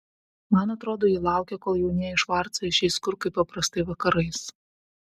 man atrodo ji laukia kol jaunieji švarcai išeis kur kaip paprastai vakarais